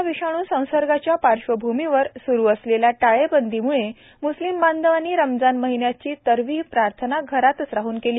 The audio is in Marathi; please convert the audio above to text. करोना विषाणूसंसर्गाच्या पार्श्वीभूमीवर सुरू असलेल्या टाळेबंदीमुळे मुस्लिम बांधवांनी रमजान महिन्याची तरविह प्रार्थना घरात राहूनच केली